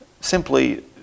simply